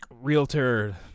realtor